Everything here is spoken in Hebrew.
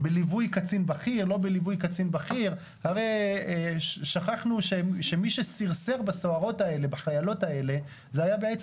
בוריו ובטח לא את תרי"ג מצוות --- אבל אני בוגרת